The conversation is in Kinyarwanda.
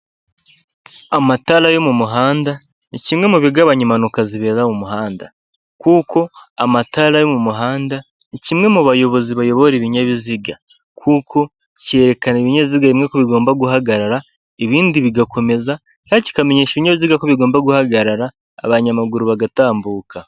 Amatara yo mu muhanda ni kimwe mu bigabanya impanuka zibera mu muhanda, kuko amatara yo mu muhanda ni kimwe mu bayobozi bayobora ibinyabiziga, kuko cyerekana ibinyabiziga bimwe ko bigomba guhagarara ibindi bigakomeza kandi kikamenyasha ibinyabiziga ko bigomba guhagarara abanyamaguru bagatambuka.